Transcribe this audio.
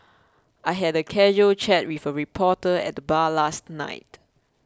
I had a casual chat with a reporter at the bar last night